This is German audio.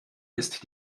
ist